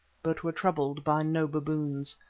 but were troubled by no baboons.